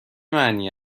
معنی